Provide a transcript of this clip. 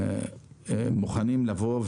גם מוכנים לבוא,